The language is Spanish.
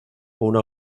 una